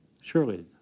Surely